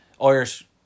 irish